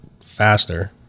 faster